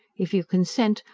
if you consent,